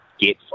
get